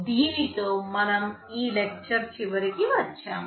దీనితో మనం ఈ లెక్చర్ చివరికి వచ్చాము